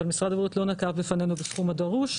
אבל משרד הבריאות לא נקב בפנינו בסכום הדרוש,